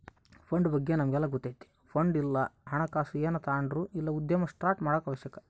fund ಬಗ್ಗೆ ನಮಿಗೆಲ್ಲ ಗೊತ್ತತೆ ಫಂಡ್ ಇಲ್ಲ ಹಣಕಾಸು ಏನೇ ತಾಂಡ್ರು ಇಲ್ಲ ಉದ್ಯಮ ಸ್ಟಾರ್ಟ್ ಮಾಡಾಕ ಅವಶ್ಯಕ